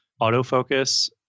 autofocus